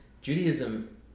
Judaism